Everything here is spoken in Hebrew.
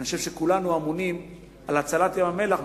אני חושב שכולנו אמונים על הצלת ים-המלח,